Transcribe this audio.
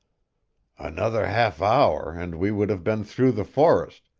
another half hour and we would have been through the forest,